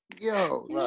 yo